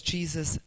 Jesus